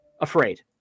afraid